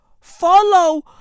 Follow